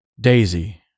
Daisy